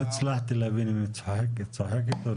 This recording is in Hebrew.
במסגרת החוק הוראת שיעור ההסכמה לעסקת פינוי בינוי